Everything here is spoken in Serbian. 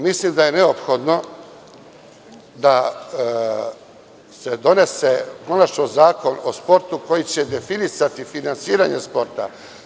Mislim da je neophodno da se donese konačno Zakon o sportu koji će definisati finansiranje sporta.